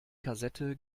kassette